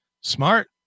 Smart